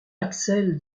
axel